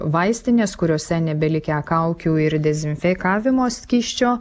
vaistinės kuriose nebelikę kaukių ir dezinfekavimo skysčio